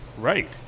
Right